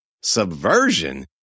Subversion